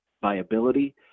viability